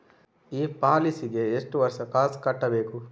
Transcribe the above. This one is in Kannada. ಈ ಪಾಲಿಸಿಗೆ ಎಷ್ಟು ವರ್ಷ ಕಾಸ್ ಕಟ್ಟಬೇಕು?